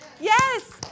Yes